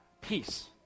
peace